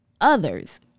others